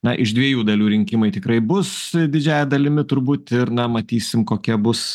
na iš dviejų dalių rinkimai tikrai bus didžiąja dalimi turbūt ir na matysim kokia bus